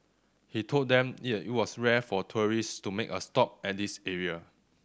he told them it was rare for tourists to make a stop at this area